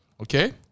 Okay